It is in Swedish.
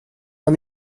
han